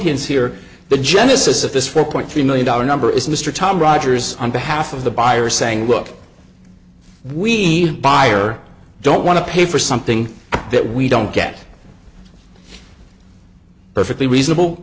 hints here the genesis of this four point three million dollar number is mr tom rogers on behalf of the buyer saying look we buyer don't want to pay for something that we don't get perfectly reasonable